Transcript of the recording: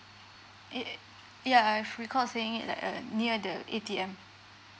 it yeah I have recall seeing it like uh near the A_T_M